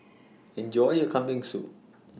Enjoy your Kambing Soup